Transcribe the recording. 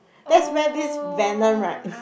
that's where this Venom right